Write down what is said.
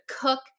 cook